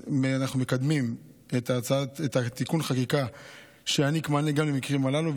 אנחנו מקדמים את תיקון החקיקה שיעניק מענה גם למקרים הללו,